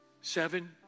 Seven